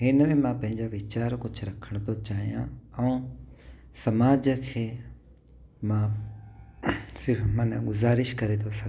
इन में मां पंहिंजा वीचार कुझु रखण थो चाहियां ऐं समाज खे मां सिर्फ़ माना गुज़ारिश करे थो सघां